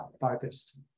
focused